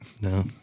No